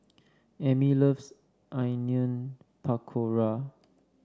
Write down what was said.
Amey loves Onion Pakora